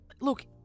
look